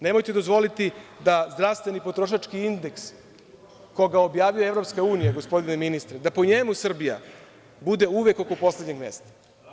Nemojte dozvoliti da zdravstveni potrošački indeks kog objavljuje EU, gospodine ministre, da po njemu Srbija bude uvek oko poslednjeg mesta.